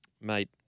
Mate